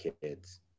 kids